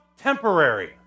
temporary